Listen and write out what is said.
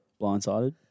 Blindsided